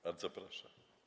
Bardzo proszę.